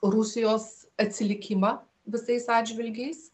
rusijos atsilikimą visais atžvilgiais